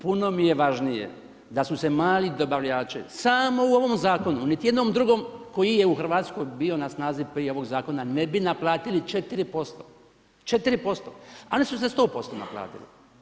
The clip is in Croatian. Puno mi je važnije da su se mali dobavljači samo u ovom zakonu, u niti jednom drugom koji je u Hrvatskoj bi na snazi prije ovog zakona ne bi naplatili 4%, 4%, a oni su se 100% naplatili.